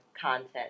content